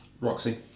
Roxy